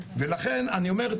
ולכן אני אומר,